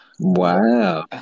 Wow